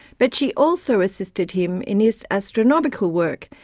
but she also assisted him in his astronomical work,